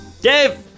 Dave